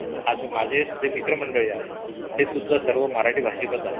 आज माझे जे मित्रमंडळी आहेत तेसुद्धा सर्व मराठी भाषिकच आहेत